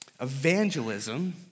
Evangelism